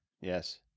yes